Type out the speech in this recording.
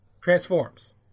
Transforms